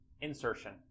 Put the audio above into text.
Insertion